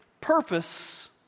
purpose